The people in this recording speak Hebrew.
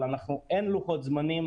אבל אין לוחות זמנים.